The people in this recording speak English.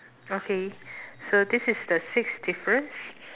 okay so this is the sixth difference